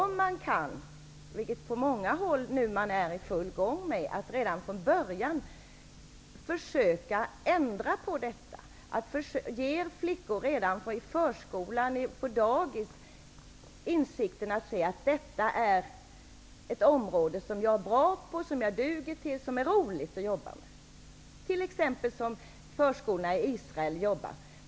Man kan, vilket man på många håll är i full gång med, redan från början försöka ändra på detta, genom att redan i förskolan eller på dagis ge flickor insikten: Detta är ett område som jag är bra på, som jag duger till och som det är roligt att jobba med, som t.ex. förskolorna i Israel jobbar.